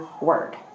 word